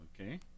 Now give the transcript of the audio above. Okay